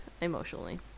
emotionally